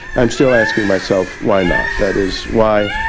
i'm still asking myself why not? that is why